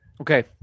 Okay